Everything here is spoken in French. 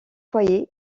foyer